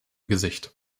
gesicht